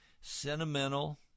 Sentimental